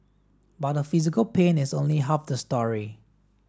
but the physical pain is only half the story